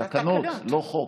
תקנות, לא חוק.